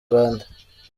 rwanda